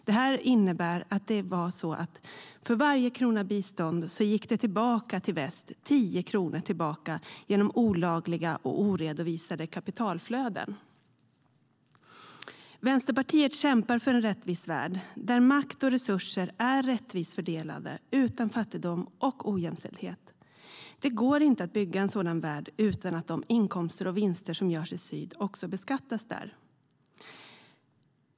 Det innebär att för varje krona i bistånd gick 10 kronor tillbaka till väst genom olagliga och oredovisade kapitalflöden. Vänsterpartiet kämpar för en rättvis värld där makt och resurser är rättvist fördelade utan fattigdom och ojämställdhet. Det går inte att bygga en sådan värld utan att de inkomster och vinster som görs i syd också beskattas där.